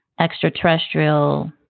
extraterrestrial